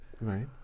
Right